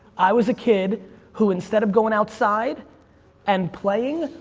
i was a kid who, instead of going outside and playing,